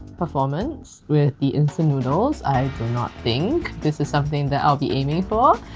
performance with the instant noodles i do not think this is something that i'll be aiming for.